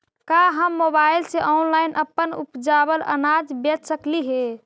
का हम मोबाईल से ऑनलाइन अपन उपजावल अनाज बेच सकली हे?